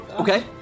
Okay